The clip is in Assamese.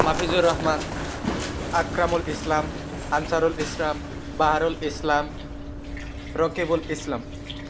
মাফিজুৰ ৰহমান আক্ৰামুল ইছলাম আঞ্চাৰুল ইছলাম বাহাৰুল ইছলাম ৰকিবুল ইছলাম